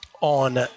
on